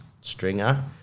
stringer